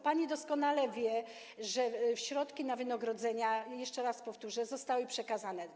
Pani doskonale wie, że środki na wynagrodzenia - jeszcze raz powtórzę - zostały przekazane.